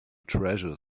treasure